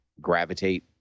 gravitate